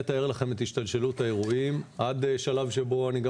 אתאר לכם את השתלשלות האירועים עד שלב שבו אני גם